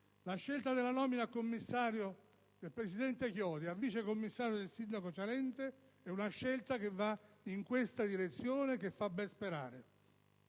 La scelta della nomina a commissario del presidente Chiodi e a vice commissario del sindaco Cialente va in questa direzione e fa ben sperare.